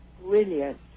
brilliant